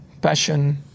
passion